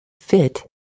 fit